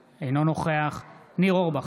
אינו נוכח אמיר אוחנה, אינו נוכח ניר אורבך,